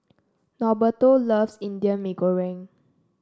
Norberto loves Indian Mee Goreng